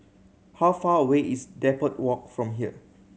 how far away is Depot Walk from here